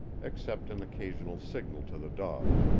except an occasional signal to the dogs.